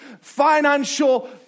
financial